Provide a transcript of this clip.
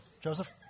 Joseph